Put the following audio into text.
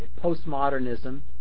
Postmodernism